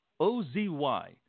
OZY